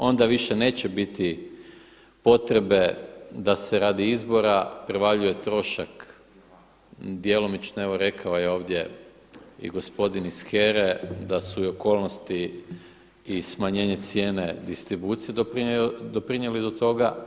Onda više neće biti potrebe da se radi izbora prevaljuje trošak djelomično evo rekao je ovdje i gospodin iz HERA-e da su i okolnosti i smanjenje cijene distribucije doprinijeli do toga.